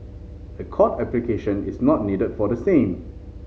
a court application is not needed for the same